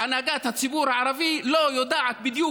הנהגת הציבור הערבי לא יודעת בדיוק